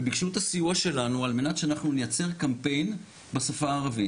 וביקשו את הסיוע שלנו על מנת שאנחנו נייצר קמפיין בשפה הערבית.